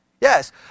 Yes